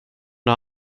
nåt